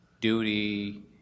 duty